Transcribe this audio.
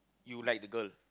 you like the girl